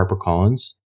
HarperCollins